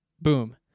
Boom